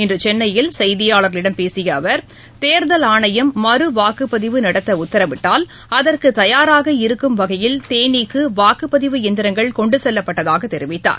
இன்று சென்னையில் செய்தியாளர்களிடம் பேசிய அவர் தேர்தல் ஆணையம் மறுவாக்குப்பதிவு நடத்த உத்தரவிட்டால் அதற்கு தயாராக இருக்கும் வகையில் தேனிக்கு வாக்குப்பதிவு இயந்திரங்கள் கொண்டுச் செல்லப்பட்டதாக தெரிவித்தார்